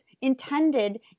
intended